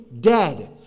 dead